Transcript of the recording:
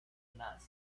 nasr